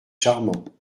charmant